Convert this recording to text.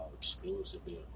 Exclusively